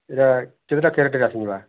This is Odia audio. ଏଇଟା କେତେଟା କ୍ୟାରେଟରେ ଆସିଯିମା